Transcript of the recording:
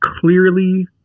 clearly